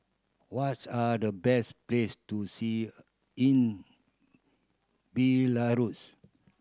what's are the best place to see in Belarus